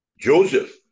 joseph